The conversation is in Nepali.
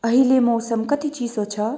अहिले मौसम कति चिसो छ